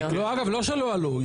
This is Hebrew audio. אגב לא שלא עלו,